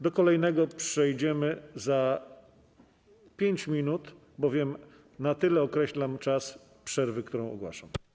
Do kolejnego przejdziemy za 5 minut, bowiem na tyle określam czas przerwy, którą ogłaszam.